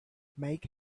make